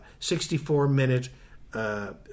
64-minute